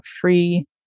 free